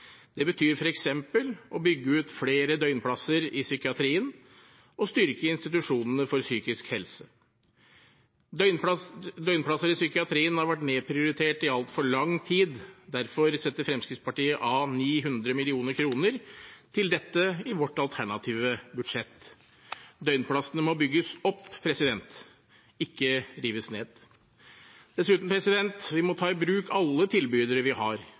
Det betyr f.eks. å bygge ut flere døgnplasser i psykiatrien og styrke institusjonene for psykisk helse. Døgnplasser i psykiatrien har vært nedprioritert i altfor lang tid. Derfor setter Fremskrittspartiet av 900 mill. kr til dette i vårt alternative budsjett. Døgnplassene må bygges opp, ikke rives ned. Dessuten må vi ta i bruk alle tilbydere vi har.